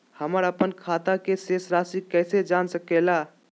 हमर अपन खाता के शेष रासि कैसे जान सके ला?